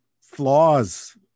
flaws